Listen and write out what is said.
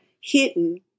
hidden